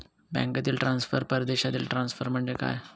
बँकांतील ट्रान्सफर, परदेशातील ट्रान्सफर म्हणजे काय?